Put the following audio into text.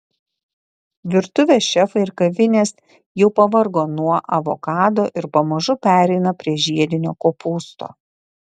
virtuvės šefai ir kavinės jau pavargo nuo avokado ir pamažu pereina prie žiedinio kopūsto